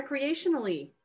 recreationally